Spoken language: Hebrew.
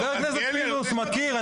חבר הכנסת פינדרוס מכיר.